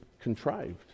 contrived